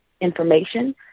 information